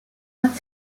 not